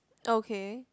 okay